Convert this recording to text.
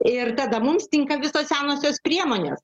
ir tada mums tinka visos senosios priemonės